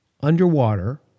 underwater